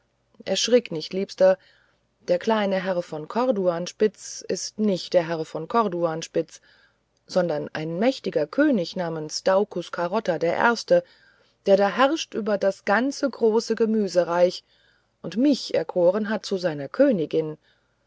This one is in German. erschrick nicht liebster der kleine herr von corduanspitz ist nicht der herr von corduanspitz sondern ein mächtiger könig namens daucus carota der erste der da herrscht über das ganze große gemüsreich und mich erkoren hat zu seiner königin